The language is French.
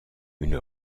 une